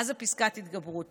מה זה פסקת התגברות?